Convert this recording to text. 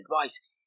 advice